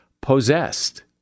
Possessed